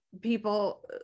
people